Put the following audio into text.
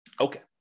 Okay